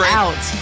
out